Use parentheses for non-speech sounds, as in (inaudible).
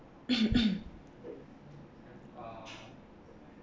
(coughs)